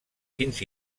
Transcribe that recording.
fins